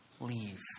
leave